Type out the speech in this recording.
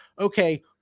okay